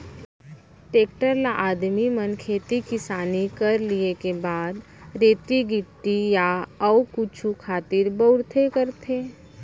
tractor ल आदमी मन खेती किसानी कर लिये के बाद रेती गिट्टी या अउ कुछु खातिर बउरबे करथे